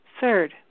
Third